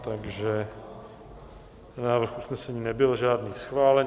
Takže návrh usnesení nebyl žádný schválen.